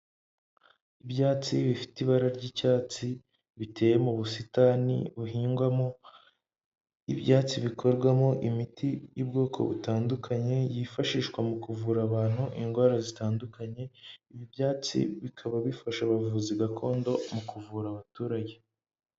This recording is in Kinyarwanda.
Ibyatsi bifite ibara ry'icyatsi biteye mu busitani buhingwamo ibyatsi bikorwamo imiti y'ubwoko butandukanye yifashishwa mu kuvura abantu indwara zitandukanye, ibyatsi bikaba bifasha mu bavuzi gakondo mu kuvura abaturage.